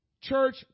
church